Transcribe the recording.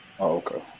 okay